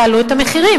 יעלו את המחירים,